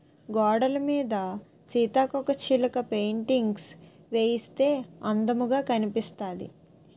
గోడలమీద సీతాకోకచిలక పెయింటింగ్స్ వేయిస్తే అందముగా కనిపిస్తాది